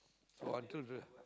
so until the